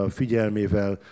figyelmével